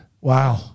Wow